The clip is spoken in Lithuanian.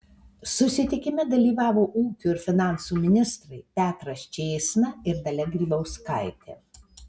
susitikime dalyvavo ūkio ir finansų ministrai petras čėsna ir dalia grybauskaitė